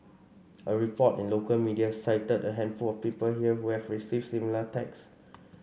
a report in local media cited a handful of people here who have received similar texts